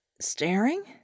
staring